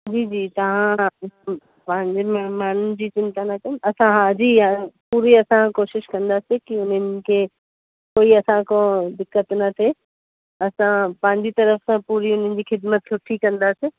जी जी तव्हां पंहिंजे महिमाननि जी चिंता न कयो असां हा जी हा पूरी असां कोशिशि कंदासीं की उन्हनि खे कोई असां खां दिक़त न थिए असां पंहिंजी तर्फ़ सां पूरी उन्हनि जी खिदमत सुठी कंदासीं